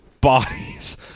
bodies